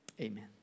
Amen